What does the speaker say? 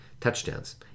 touchdowns